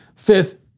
Fifth